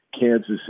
Kansas